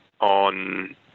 on